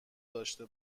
داشته